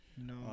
No